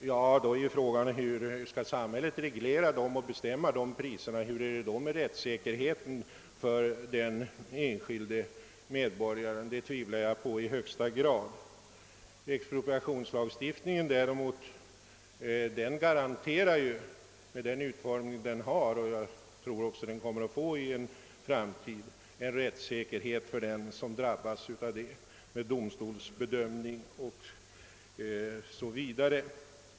Då uppstår ju frågan hur samhället skall bestämma dessa priser med iakttagande av rättssäkerheten för den enskilde medborgaren. Jag tvivlar i högsta grad på den ordningen. Expropriationslagstiftningen «däremot garanterar ju med den nuvarande utformningen och också med den som jag tror att den kommer att få framdeles rättssäkerhet för den som drabbas. Det blir domstolsbedömning o. s. v.